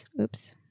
Oops